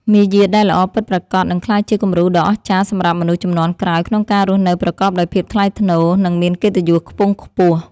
មារយាទដែលល្អពិតប្រាកដនឹងក្លាយជាគំរូដ៏អស្ចារ្យសម្រាប់មនុស្សជំនាន់ក្រោយក្នុងការរស់នៅប្រកបដោយភាពថ្លៃថ្នូរ និង មានកិត្តិយសខ្ពង់ខ្ពស់។